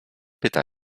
pyta